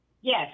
Yes